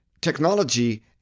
technology